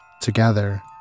Together